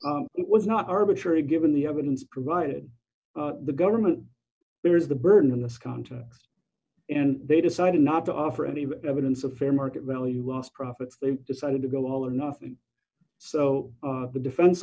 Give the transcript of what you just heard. was not arbitrary given the evidence provided the government there is the burden in this context and they decided not to offer any evidence of fair market value lost profits they decided to go all or nothing so the defense